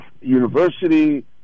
University